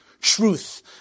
truth